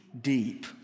deep